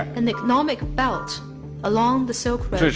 an economic belt along the silk road